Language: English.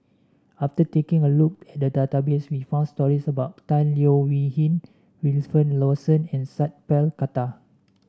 after taking a look at the database we found stories about Tan Leo Wee Hin Wilfed Lawson and Sat Pal Khattar